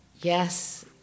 Yes